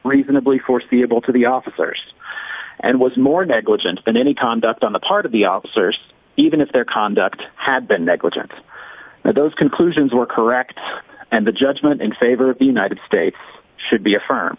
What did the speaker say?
reasonably foreseeable to the officers and was more negligent than any tom ducked on the part of the officers even if their conduct had been negligent and those conclusions were correct and the judgment in favor of the united states should be affirm